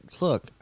Look